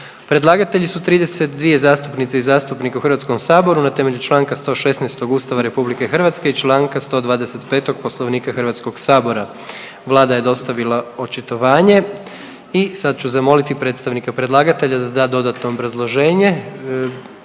Predlagatelji su 32 zastupnice i zastupnika u Hrvatskom saboru na temelju Članka 116. Ustava RH i Članka 125. Poslovnika Hrvatskog sabora. Vlada je dostavila očitanje i sad ću zamoliti predstavnika predlagatelja da da dodatno obrazloženje,